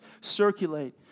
circulate